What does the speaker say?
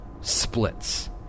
splits